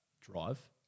drive